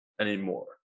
anymore